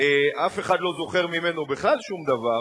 אף אחד לא זוכר ממנו בכלל שום דבר.